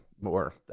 more